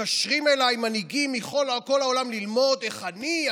מתקשרים אליי מנהיגים מכל העולם ללמוד איך אני,